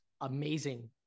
amazing